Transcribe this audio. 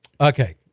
Okay